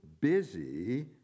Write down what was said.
busy